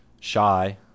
Shy